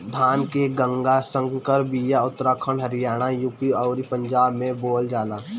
धान के गंगा संकर बिया उत्तराखंड हरियाणा, यू.पी अउरी पंजाब में बोअल जाला